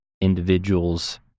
individuals